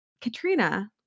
Katrina